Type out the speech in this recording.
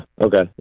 okay